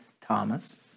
Thomas